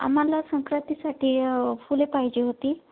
आम्हाला संक्रांतीसाठी फुले पाहिजे होती